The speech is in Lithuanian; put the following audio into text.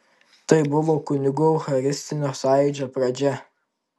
tai buvo kunigų eucharistinio sąjūdžio pradžia